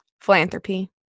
philanthropy